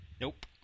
Nope